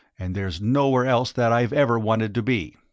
and there's nowhere else that i've ever wanted to be.